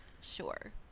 sure